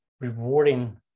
rewarding